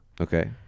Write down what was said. Okay